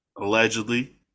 Allegedly